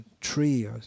tree